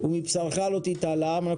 ומבשרך לא תתעלם.".